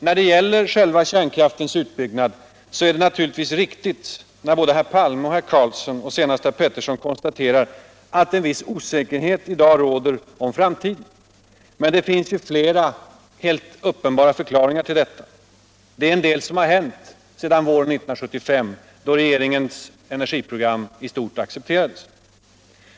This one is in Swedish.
Då det gäller själva kärnkraftsutbyggnaden är det naturligtvis riktigt när såväl herr Palme och herr Carlsson i Tyresö som nu senast herr Peterson i Nacka konstaterar att en viss osäkerhet i dag råder om framtiden. Men det finns flera helt uppenbara förklaringar till detta. Det är en del som har hänt sedan våren 1975, då regeringens energiprogram i stort accepterades.